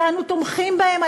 ואנו תומכים בהם,